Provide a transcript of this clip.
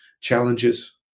challenges